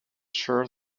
sure